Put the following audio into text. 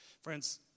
Friends